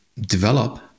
develop